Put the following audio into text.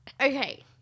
okay